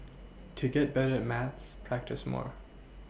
to get better at maths practise more